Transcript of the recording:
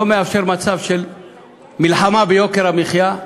לא מאפשר מצב של מלחמה ביוקר המחיה,